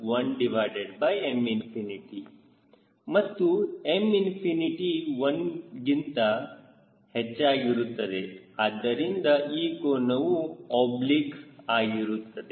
sin 11M ಮತ್ತು Mꝏ 1ಗಿಂತ ಹೆಚ್ಚಾಗಿರುತ್ತದೆ ಆದ್ದರಿಂದ ಈ ಕೋನವು ಓಬ್ಲಿಕ್ ಆಗಿರುತ್ತದೆ